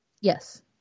Yes